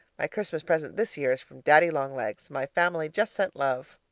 my christmas present this year is from daddy-long-legs my family just sent love.